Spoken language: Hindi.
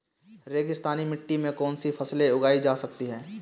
रेगिस्तानी मिट्टी में कौनसी फसलें उगाई जा सकती हैं?